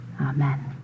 Amen